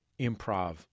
improv